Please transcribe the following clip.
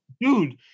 dude